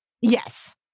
Yes